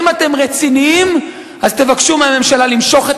אם אתם רציניים אז תבקשו מהממשלה למשוך את